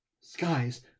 Skies